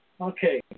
Okay